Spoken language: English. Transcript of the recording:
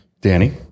Danny